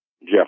Jeff